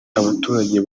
abaturage